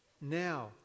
now